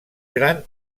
gran